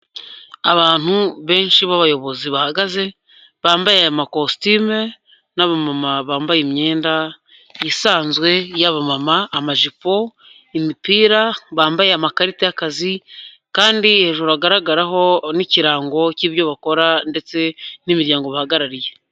Abantu benshi b'abayobozi bahagaze, bambaye aya amakositime n'aba mama bambaye imyenda isanzwe y'abamama, amajipo, imipira, bambaye amakarita y'akazi, kandi hejuru hagaragaraho n'ikirango cy'ibyo bakora ndetse n'imiryango bahagarariye.